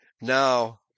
now